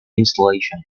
installation